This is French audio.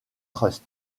trust